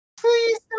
Please